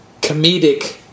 comedic